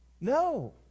No